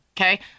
Okay